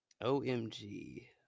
OMG